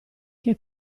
che